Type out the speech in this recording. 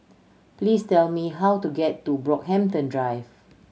please tell me how to get to Brockhampton Drive